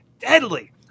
Deadly